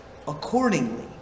Accordingly